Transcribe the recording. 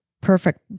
Perfect